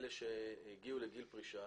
אלה שהגיעו לגיל פרישה